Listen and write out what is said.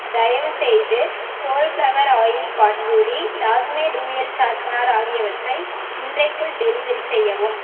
தயவுசெய்து sunflower oil potpourri Lakme dual sharpener ஆகியவற்றை இன்றைக்குள் டெலிவரி செய்யவும்